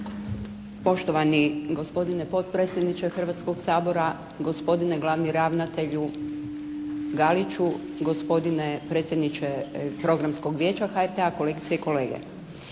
Poštovani gospodine potpredsjedniče Hrvatskog sabora, gospodine glavni ravnatelju Galiću, gospodine predsjedniče Programskog vijeća HRT-a, kolegice i kolege.